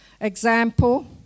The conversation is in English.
example